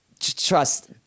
Trust